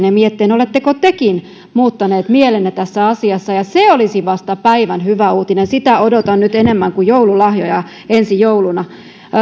ja mietteen oletteko tekin muuttanut mielenne tässä asiassa se vasta olisi päivän hyvä uutinen ja sitä odotan nyt enemmän kuin joululahjoja ensi jouluna